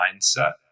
mindset